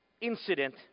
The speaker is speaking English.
incident